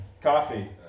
Coffee